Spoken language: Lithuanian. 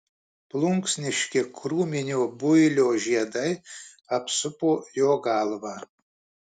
plunksniški krūminio builio žiedai apsupo jo galvą